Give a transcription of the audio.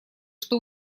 что